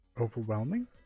overwhelming